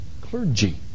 clergy